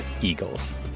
eagles